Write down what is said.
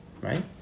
Right